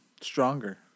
stronger